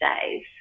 days